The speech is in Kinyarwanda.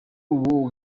ubu